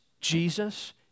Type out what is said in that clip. Jesus